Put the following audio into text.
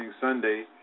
Sunday